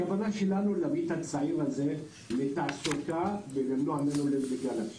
הכוונה שלנו היא להביא את הצעיר הזה לתעסוקה ולמנוע זליגה לאלימות.